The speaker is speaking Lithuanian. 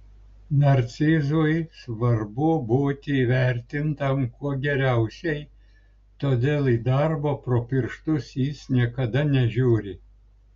narcizui svarbu būti įvertintam kuo geriausiai todėl į darbą pro pirštus jis niekada nežiūri